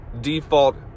default